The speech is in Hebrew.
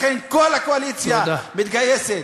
לכן כל הקואליציה מתגייסת.